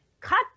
cut